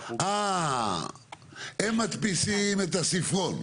הם מדפיסים את הספרון,